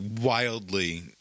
wildly